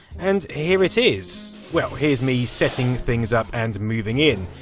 and here it is. well, here's me setting things up and moving in.